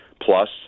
plus